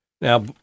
Now